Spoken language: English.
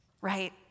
right